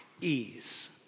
ease